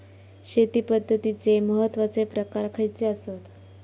शेती पद्धतीचे महत्वाचे प्रकार खयचे आसत?